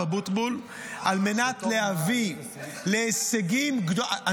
אבוטבול על מנת להביא להישגים גדולים --- מה,